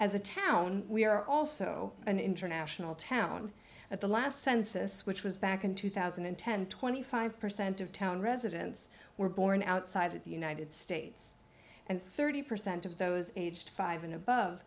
as a town we are also an international town at the last census which was back in two thousand and ten twenty five percent of town residents were born outside of the united states and thirty percent of those aged five and above